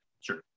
Sure